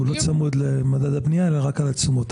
הוא לא צמוד למדד הבנייה אלא רק לתשומות.